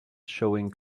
showing